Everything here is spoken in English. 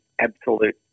absolute